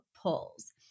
pulls